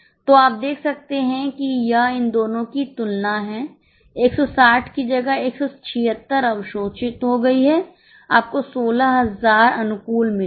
तो आप देख सकते हैं कि यह इन दोनों की तुलना है 160 की जगह 176 अवशोषित हो गई थी आपको 16000 अनुकूल मिले हैं